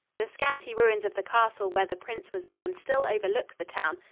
the scanty ruins of the castle where the prince was born still overlook the town.